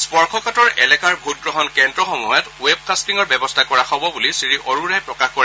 স্পৰ্শকাতৰ এলেকাৰ ভোটগ্ৰহণ কেন্দ্ৰসমূহত ৱেবকাট্টিঙৰ ব্যৱস্থা কৰা হব বুলি শ্ৰীআৰোৰাই প্ৰকাশ কৰে